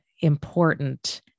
important